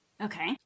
Okay